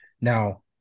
Now